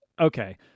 okay